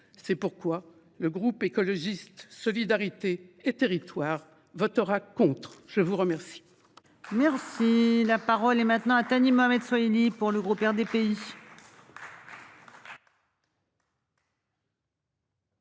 C’est pourquoi le groupe Écologiste – Solidarité et Territoires votera contre ce projet de